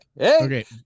Okay